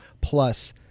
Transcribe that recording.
plus